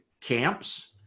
camps